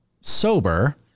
sober